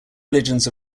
religions